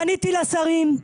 פניתי לשרים.